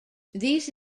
these